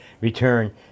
return